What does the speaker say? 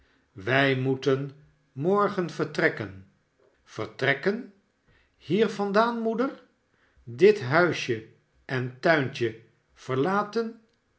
wij moeten morgen vertrekken vertrekken hier vandaan moeder dit huisje en tuintje verlaten